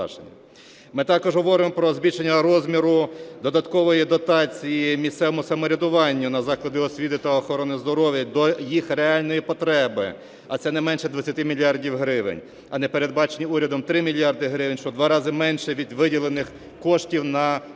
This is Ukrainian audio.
Ми також говоримо про збільшення розміру додаткової дотації місцевому самоврядуванню на заклади освіти та охорони здоров'я до їх реальної потреби, а це не менше 20 мільярдів гривень, а не передбачені урядом 3 мільярди гривень, що в два рази менше від виділених коштів на поточний